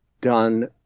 done